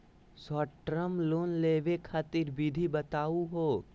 Short term loan लेवे खातीर विधि बताहु हो?